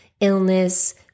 illness